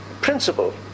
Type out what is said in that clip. principle